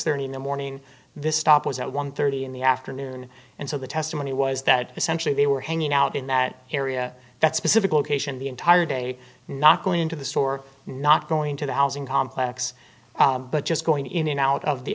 thirty in the morning this stop was at one thirty in the afternoon and so the testimony was that essentially they were hanging out in that area that specific location the entire day not going into the store not going to the housing complex but just going in and out of the